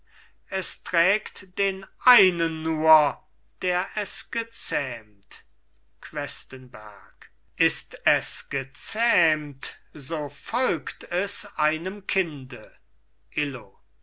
es trägt den einen nur der es gezähmt questenberg ist es gezähmt so folgt es einem kinde illo